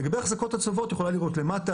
לגבי האחזקות הצולבות את יכולה לראות למטה,